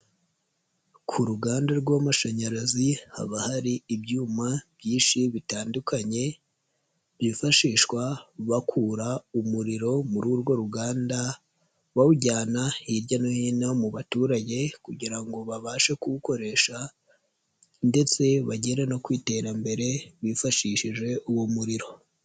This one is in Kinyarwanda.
Ku ruganda rw'amashanyarazi haba hari ibyuma byinshi bitandukanye, byifashishwa bakura umuriro muri urwo ruganda, bawujyana hirya no hino mu baturage kugira ngo babashe kuwukoresha ndetse bagera no ku iterambere bifashishije uwo muriro.